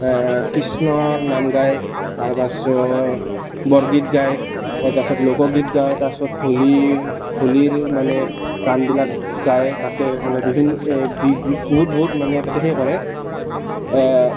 কৃষ্ণৰ নাম গায় তাৰ পাছত বৰগীত গায় তাৰ পাছত লোকগীত গায় তাৰ পাছত হোলীৰ হোলীৰ মানে গানবিলাক গায় তাতে মানে বিভিন্ন এ বহুত বহুত মানে তাতে হেই কৰে